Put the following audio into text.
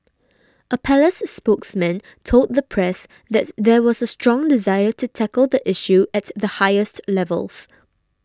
a palace spokesman told the press that there was a strong desire to tackle the issue at the highest levels